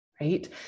Right